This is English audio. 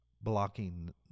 blocking